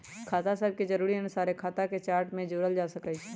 खता सभके जरुरी अनुसारे खता के चार्ट में जोड़ल जा सकइ छै